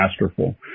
masterful